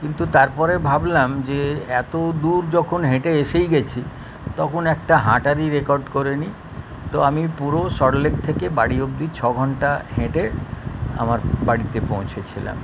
কিন্তু তারপরে ভাবলাম যে এতো দূর যখন হেঁটে এসেই গেছি তখন একটা হাঁটারই রেকর্ড করে নিই তো আমি পুরো সল্টলেক থেকে বাড়ি অব্দি ছ ঘন্টা হেঁটে আমার বাড়িতে পৌঁছেছিলাম